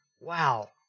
Wow